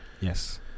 Yes